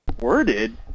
worded